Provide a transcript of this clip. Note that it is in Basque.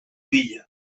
bila